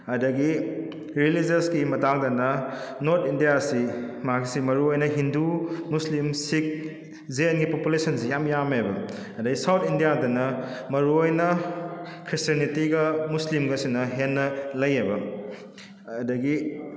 ꯑꯗꯒꯤ ꯔꯤꯂꯤꯖꯁꯀꯤ ꯃꯇꯥꯡꯗꯅ ꯅꯣꯔꯠ ꯏꯟꯗꯤꯌꯥꯁꯤ ꯃꯥꯒꯤꯁꯤ ꯃꯔꯨꯑꯣꯏ ꯍꯤꯟꯗꯨ ꯃꯨꯁꯂꯤꯝ ꯁꯤꯈ ꯖꯦꯟꯒꯤ ꯄꯣꯄꯨꯂꯦꯁꯟꯁꯤ ꯌꯥꯝ ꯌꯥꯝꯃꯦꯕ ꯑꯗꯩ ꯁꯥꯎꯠ ꯏꯟꯗꯤꯌꯥꯗꯅ ꯃꯔꯨꯑꯣꯏꯅ ꯈ꯭ꯔꯤꯁꯇꯦꯟꯅꯤꯇꯤꯒ ꯃꯨꯁꯂꯤꯝꯒꯁꯤꯅ ꯍꯦꯟꯅ ꯂꯩꯌꯦꯕ ꯑꯗꯒꯤ